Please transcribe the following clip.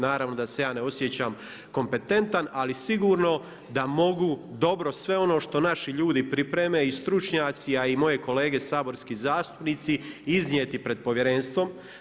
Naravno da se ja ne osjećam kompetentan, ali sigurno da mogu dobro sve ono što naši ljudi pripreme i stručnjaci a i moji kolege saborski zastupnici, iznijeti pred Povjerenstvom.